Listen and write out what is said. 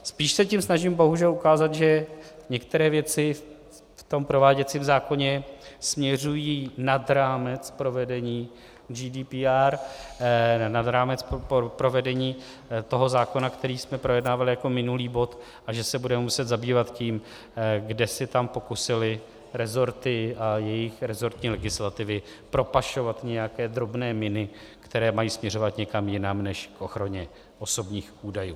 Spíš se tím snažím bohužel ukázat, že některé věci v prováděcím zákoně směřují nad rámec provedení GDPR, nad rámec provedení toho zákona, který jsme projednávali jako minulý bod, a že se budeme muset zabývat tím, kde se tam pokusily resorty a jejich resortní legislativy propašovat nějaké drobné miny, které mají směřovat někam jinam než k ochraně osobních údajů.